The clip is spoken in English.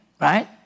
right